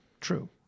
true